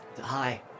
hi